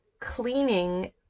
cleaning